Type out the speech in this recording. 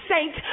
saint